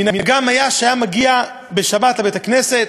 מנהגם היה שהיה מגיע בשבת לבית-הכנסת,